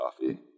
coffee